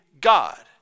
God